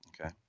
okay